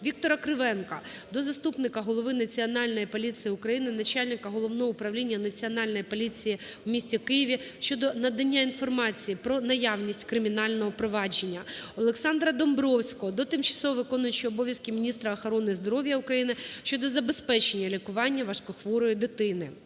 Віктора Кривенка до заступника голови Національної поліції України – начальника Головного управління Національної поліції у місті Києві щодо надання інформації про наявність кримінального провадження. Олександра Домбровського до тимчасово виконуючої обов'язки міністра охорони здоров'я України щодо забезпечення лікування важкохворої дитини.